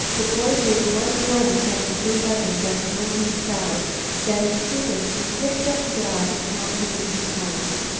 the boy gave one glance at the blue heavens and the blinking stars then, stooping, he picked up the dog and held him in his arms.